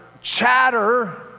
chatter